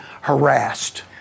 harassed